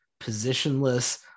positionless